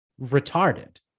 retarded